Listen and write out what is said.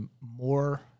more